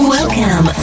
Welcome